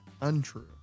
untrue